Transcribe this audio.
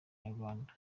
inyarwanda